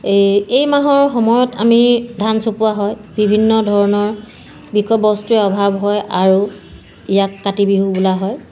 এই এই মাহৰ সময়ত আমি ধান চপোৱা হয় বিভিন্ন ধৰণৰ বিষ বস্তুৱে অভাৱ হয় আৰু ইয়াক কাতি বিহু বোলা হয়